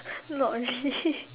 not really